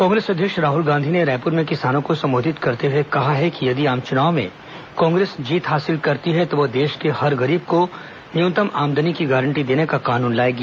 कांग्रेस अध्यक्ष राहल गांधी ने रायपुर में किसानों को संबोधित करते कहा है कि यदि आम चुनाव में कांग्रेस जीत हासिल करती है तो वह देश के हर गरीब को न्यूनतम आमदनी की गारंटी देने का कानून लाएगी